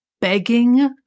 begging